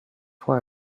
for